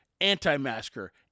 anti-masker